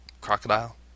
Crocodile